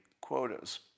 quotas